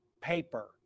paper